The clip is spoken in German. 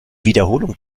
wiederholung